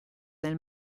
nel